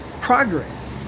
progress